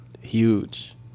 huge